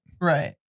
Right